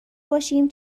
باشیم